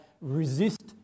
resist